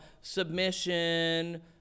submission